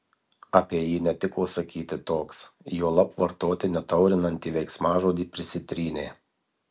apie jį netiko sakyti toks juolab vartoti netaurinantį veiksmažodį prisitrynė